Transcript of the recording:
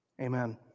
Amen